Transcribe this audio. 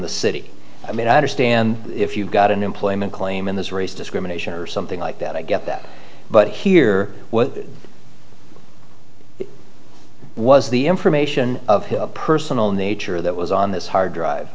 the city i mean i understand if you've got an employment claim in this race discrimination or something like that i get that but here what was the information of his personal nature that was on this hard drive